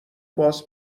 باس